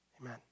Amen